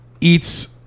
eats